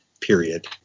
period